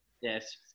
Yes